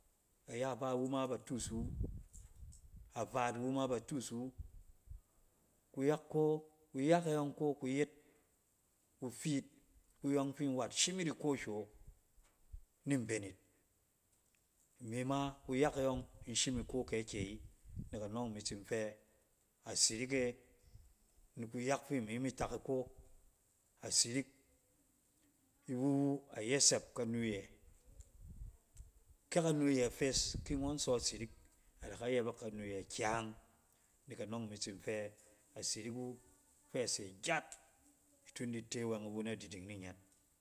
Ayaba iwu ma ba tuus iwu, a vaat iwu ma ba tuus iwu. kuyak ko, kyak e yɔng ko kuyet ku fiit ku yɔng fi nwat shim yit iko hywɛ wo ni mben yit. Imi ma in kuyak e yɔng in shim iko kɛɛkɛyi. Nek anɔng imi tsin fɛ asirik e, ni kuyak fiimi mi tak iko, asirik, iwu, ayɛsɛp kayɛt iyɛ. kɛ kanu iyɛ fes, ki ngɔn sɔ sirik ada ka yɛbɛk kanu yɛ kyang. Nek anɔng imi tsin fɔ, asirik wu fɛ se gyat ni tun di te wɛng niwu na diding ninyɔn.